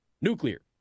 Nuclear